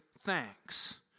thanks